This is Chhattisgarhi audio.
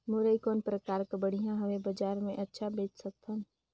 मुरई कौन प्रकार कर बढ़िया हवय? बजार मे अच्छा बेच सकन